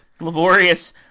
Laborious